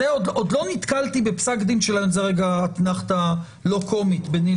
עוד לא נתקלתי בפסק דין שלהם זו רגע אתנחתא לא קומית בינינו